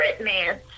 man